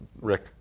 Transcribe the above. Rick